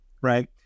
right